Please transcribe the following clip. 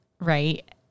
right